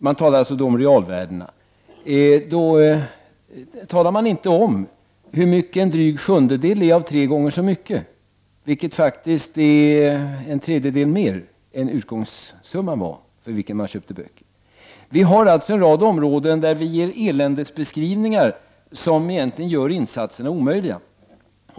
Man talar inte om hur en dryg sjundedel är av tre gånger så mycket, vilket faktiskt är en tredjedel mer än utgångssumman var, för vilken det köptes böcker. Det finns alltså en rad områden där det ges eländesbeskrivningar, som egentligen gör insatserna omöjliga.